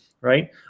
Right